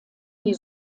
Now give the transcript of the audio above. die